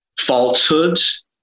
falsehoods